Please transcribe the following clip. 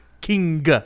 King